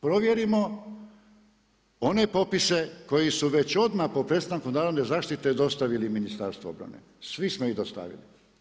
Provjerimo one popise koji su već odmah po prestanku narodne zaštite dostavili Ministarstvu obrane, svi smo ih dostavili.